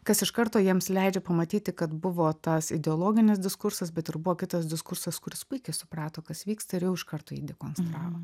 kas iš karto jiems leidžia pamatyti kad buvo tas ideologinis diskursas bet ir buvo kitas diskursas kuris puikiai suprato kas vyksta ir jau iš karto jį dekonstravo